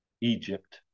Egypt